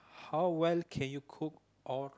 how well can you cook or